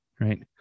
right